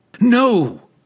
No